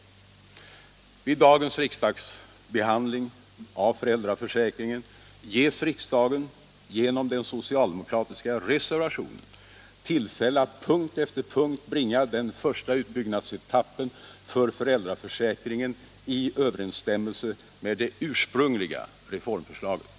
Nr 133 Vid dagens riksdagsbehandling av föräldrarförsäkringen ges riksdagen Tisdagen den genom den socialdemokratiska reservationen tillfälle att punkt efter 17 maj 1977 punkt bringa den första utbyggnadsetappen för föräldraförsäkringen i — överensstämmelse med det ursprungliga reformförslaget.